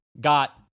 got